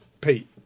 Pete